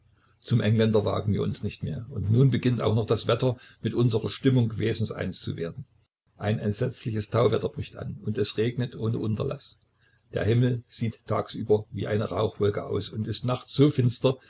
zum engländer wagen wir uns nicht mehr und nun beginnt auch noch das wetter mit unsrer stimmung wesenseins zu werden ein entsetzliches tauwetter bricht an es regnet ohne unterlaß der himmel sieht tagsüber wie eine rauchwolke aus und ist nachts so finster